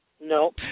No